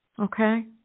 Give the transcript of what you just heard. Okay